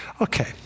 Okay